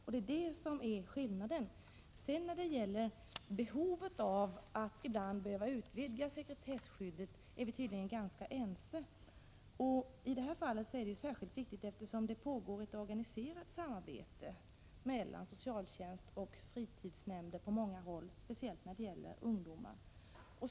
Det är detta som är skillnaden. I fråga om behovet av att ibland behöva utvidga sekretesskyddet är vi tydligen ganska ense. I det här fallet är detta särskilt viktigt, eftersom det på många håll pågår ett organiserat samarbete mellan socialtjänst och fritidsnämnder, speciellt när det gäller ungdomar.